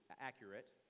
accurate